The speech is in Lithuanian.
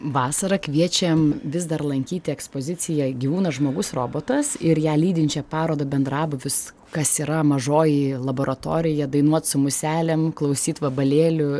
vasarą kviečiam vis dar lankyti ekspoziciją gyvūnas žmogus robotas ir ją lydinčią parodą bendrabūvis kas yra mažoji laboratorija dainuot su muselėm klausyt vabalėlių